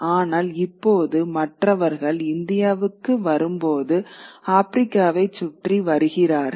ஆனால் இப்போது மற்றவர்கள் இந்தியாவுக்கு வரும்போது ஆப்பிரிக்காவைச் சுற்றி வருகிறார்கள்